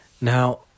Now